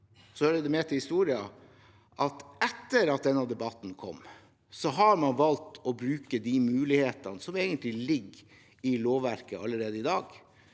Det hører med til historien at etter at den debatten kom, har man valgt å bruke de mulighetene som egentlig ligger i lovverket allerede i dag.